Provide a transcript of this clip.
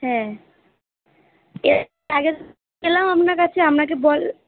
হ্যাঁ এর আগে গেলাম আপনার কাছে আপনাকে